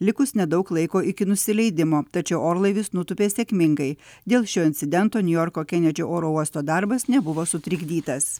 likus nedaug laiko iki nusileidimo tačiau orlaivis nutūpė sėkmingai dėl šio incidento niujorko kenedžio oro uosto darbas nebuvo sutrikdytas